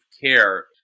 care